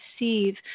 receive